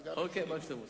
אוקיי, מה שאתם רוצים.